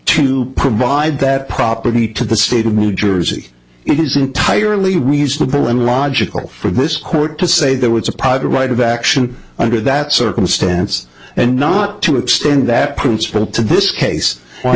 to provide that property to the state of new jersey it is entirely reasonable and logical for this court to say there was a powder right of action under that circumstance and not to extend that principle to this case why